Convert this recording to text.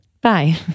Bye